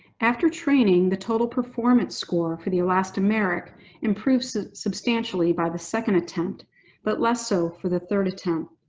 after training, the total performance score for the elastomeric improved so substantially by the second attempt but less so for the third attempt.